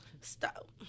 Stop